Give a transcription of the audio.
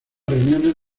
reuniones